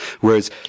whereas